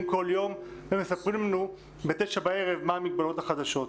כל יום ומספרים לנו בתשע בערב מה המגבלות החדשות.